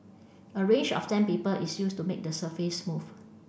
a range of sandpaper is used to make the surface smooth